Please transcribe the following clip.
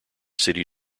city